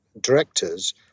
directors